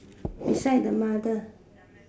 beside the mother